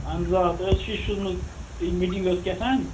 اہن حظ آ تُہۍ اوس شیٖشہِ سوٗزمُت تہٕ مِٹِنٛگ ٲسۍ کیٛاہ تھان